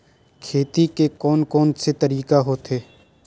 खेती के कोन कोन से तरीका होथे?